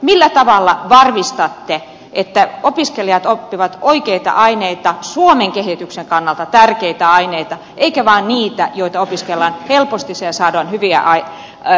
millä tavalla varmistatte että opiskelijat oppivat oikeita aineita suomen kehityksen kannalta tärkeitä aineita eikä vain niitä joita opiskellaan helposti ja joista saadaan hyviä arvosanoja